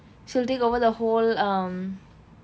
she'll take over the whole um